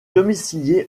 domicilié